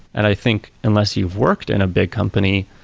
and i think unless you've worked in a big company,